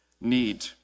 need